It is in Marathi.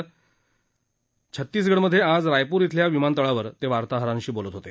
आज छतीसगड मध्ये रायपूर इथल्या विमानतळावर ते वार्ताहरांशी बोलत होते